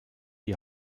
die